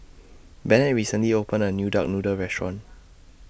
Bennett recently opened A New Duck Noodle Restaurant